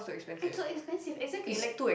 it's so expensive exactly like